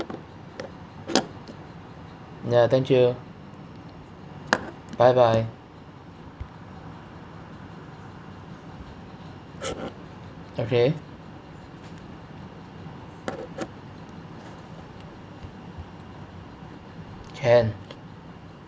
ya thank you bye bye okay can